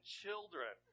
children